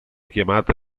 chiamata